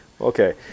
Okay